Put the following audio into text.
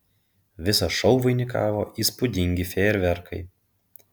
visą šou vainikavo įspūdingi fejerverkai